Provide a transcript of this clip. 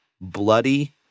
bloody